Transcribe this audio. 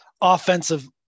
Offensive